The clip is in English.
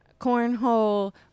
cornhole